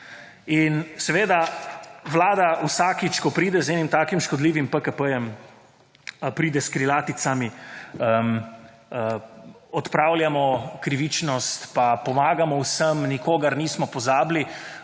In seveda, Vlada vsakič, ko pride z enim takim škodljivim PKP, pride s krilaticami, odpravljamo krivičnost pa pomagamo vsem, nikogar nismo pozabili,